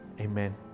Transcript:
Amen